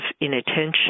inattention